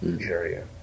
area